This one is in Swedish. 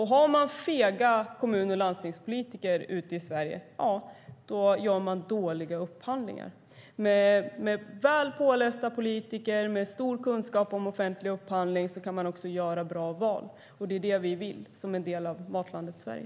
Har man fega kommun och landstingspolitiker ute i Sverige gör man dåliga upphandlingar. Med väl pålästa politiker med stor kunskap om offentlig upphandling kan man också göra bra val. Det är det vi vill som en del av Matlandet Sverige.